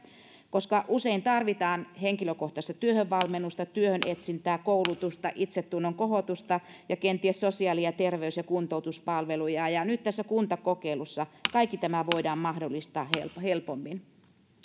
koska usein tarvitaan henkilökohtaista työhönvalmennusta työnetsintää koulutusta itsetunnon kohotusta ja kenties sosiaali ja terveys ja kuntoutuspalveluja nyt tässä kuntakokeilussa kaikki tämä voidaan mahdollistaa helpommin